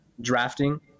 drafting